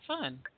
fun